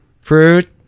fruit